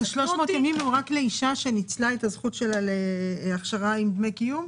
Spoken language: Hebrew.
אלה 300 ימים רק לאישה שניצלה את הזכות שלה להכשרה עם דמי קיום?